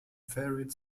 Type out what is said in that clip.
varied